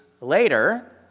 later